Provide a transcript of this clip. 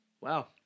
Wow